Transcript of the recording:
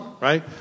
right